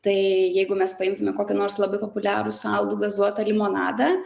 tai jeigu mes paimtume kokį nors labai populiarūs saldų gazuotą limonadą